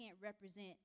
represent